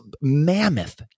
mammoth